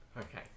okay